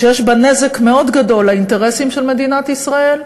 שיש בה נזק מאוד גדול לאינטרסים של מדינת ישראל,